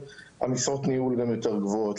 המשרות ניהול הן יותר גבוהות,